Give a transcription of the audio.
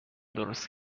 درست